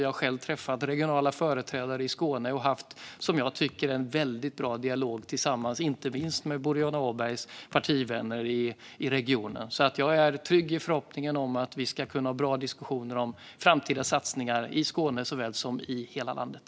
Jag har själv träffat regionala företrädare i Skåne och haft, som jag tycker, en mycket bra dialog tillsammans, inte minst med Boriana Åbergs partivänner i regionen. Jag är trygg i förhoppningen om att vi ska ha bra diskussioner om framtida satsningar i Skåne såväl som i hela landet.